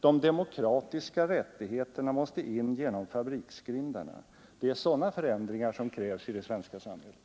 De demokratiska rättigheterna måste in genom fabriksgrindarna. Det är sådana förändringar som krävs i det svenska samhället.